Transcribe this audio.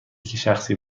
شخصی